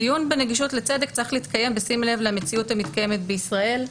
הדיון בנגישות לצדק צריך להתקיים בשים לב למציאות המתקיימת בישראל.